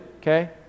okay